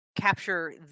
capture